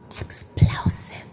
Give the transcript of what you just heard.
explosive